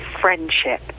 friendship